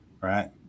Right